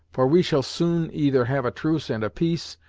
for we shall soon either have a truce and a peace,